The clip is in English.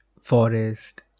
forest